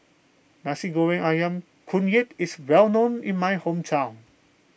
Nasi Goreng Ayam Kunyit is well known in my hometown